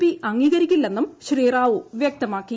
P അംഗീകരിക്കില്ലെന്നും ശ്രീ റാവു വ്യക്തമാക്കി